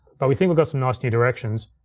but we think we got some nice, new directions.